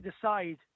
decide